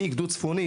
אני גדוד צפוני,